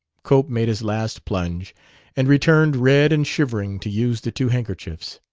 cope made his last plunge and returned red and shivering to use the two handkerchiefs.